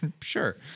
Sure